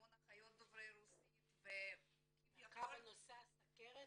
המון אחיות דוברות רוסית --- מחקר בנושא סוכרת?